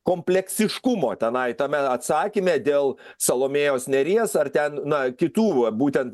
kompleksiškumo tenai tame atsakyme dėl salomėjos nėries ar ten na kitų va būtent